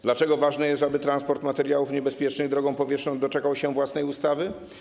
Dlaczego ważne jest, aby transport materiałów niebezpiecznych drogą powietrzną doczekał się własnej ustawy?